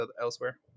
elsewhere